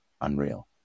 unreal